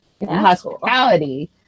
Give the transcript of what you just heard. Hospitality